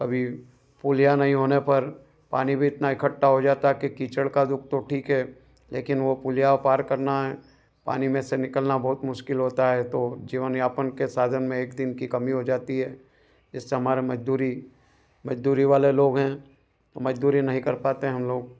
अभी पुलिया नहीं होने पर पानी भी इतना इकट्ठा हो जाता है कि कीचड़ का दुख तो ठीक है लेकिन वह पुलिया पार करना है पानी में से निकलना बहुत मुश्किल होता है तो जीवन यापन के साधन में एक दिन की कमी हो जाती है जिससे हमारी मज़दूरी मज़दूरी वाले लोग हैं तो मज़दूरी नहीं कर पाते हमलोग